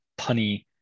punny